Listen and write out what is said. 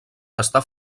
està